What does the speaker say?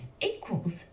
equals